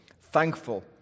thankful